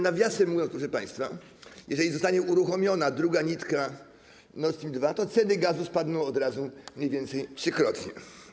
Nawiasem mówiąc, proszę państwa, jeżeli zostanie uruchomiona druga nitka Nord Stream 2, to ceny gazu spadną od razu mniej więcej trzykrotnie.